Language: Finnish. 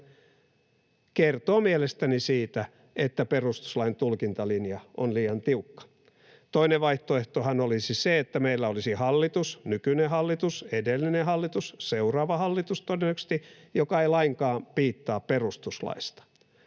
kertoo mielestäni siitä, että perustuslain tulkintalinja on liian tiukka. Toinen vaihtoehtohan olisi se, että meillä olisi hallitus — nykyinen hallitus, edellinen hallitus, seuraava hallitus todennäköisesti — joka ei lainkaan piittaa perustuslaista.